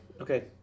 okay